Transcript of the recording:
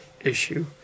issue